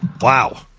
wow